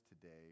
today